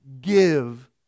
give